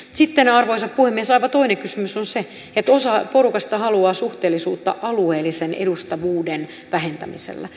sitten arvoisa puhemies aivan toinen kysymys on se että osa porukasta haluaa suhteellisuutta alueellisen edustavuuden vähentämisellä